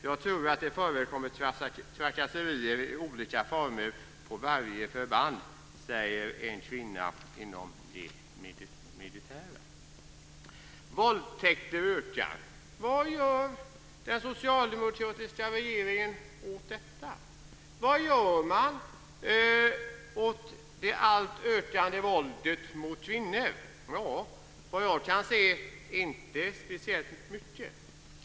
Jag tror att det förekommer trakasserier i olika former på varje förband, säger en kvinna inom det militära. Våldtäkterna ökar. Vad gör den socialdemokratiska regeringen åt detta? Vad gör man åt det alltmer ökande våldet mot kvinnor? Vad jag kan se gör man inte speciellt mycket.